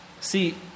See